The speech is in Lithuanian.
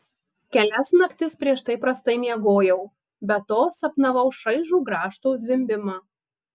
kelias naktis prieš tai prastai miegojau be to sapnavau šaižų grąžto zvimbimą